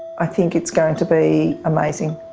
i think it's going to be amazing.